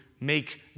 make